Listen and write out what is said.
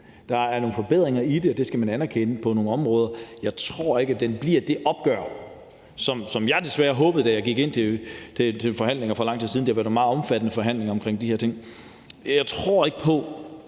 Der er nogle forbedringer i den på nogle områder, og det skal man anerkende. Jeg tror desværre ikke, at den bliver det opgør, som jeg håbede den ville blive, da jeg gik ind til forhandlingerne for lang tid siden. Der var meget omfattende forhandlinger om de her ting. Jeg tror desværre